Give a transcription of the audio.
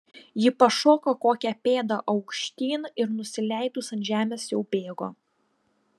ji pašoko kokią pėdą aukštyn ir nusileidus ant žemės jau bėgo